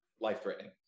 life-threatening